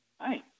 Hi